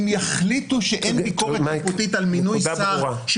אם יחליטו שאין ביקורת שיפוטית על מינוי שר,